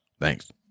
Thanks